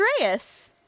Andreas